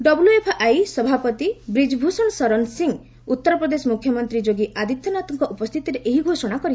WFI ସଭାପତି ବ୍ରିଜ୍ଭଷଣ ଶରନ ସିଂହ ଉତ୍ତରପ୍ରଦେଶ ମୁଖ୍ୟମନ୍ତ୍ରୀ ଯୋଗୀ ଆଦିତ୍ୟନାଥଙ୍କ ଉପସ୍ଥିତିରେ ଏହି ଘୋଷଣା କରିଛନ୍ତି